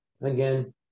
Again